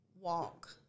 walk